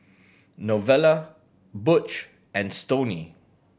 Novella Butch and Stoney